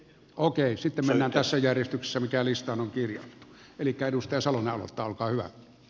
okei sitten on tässä järjestyksessä mikäli sataman kirja elikkä edustaa salon edustalta ya